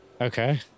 Okay